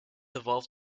evolve